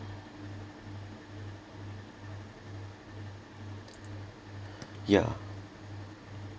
yeah